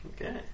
Okay